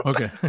Okay